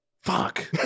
Fuck